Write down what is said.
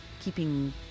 keeping